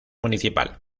municipal